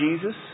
Jesus